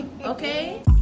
okay